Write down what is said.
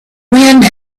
wind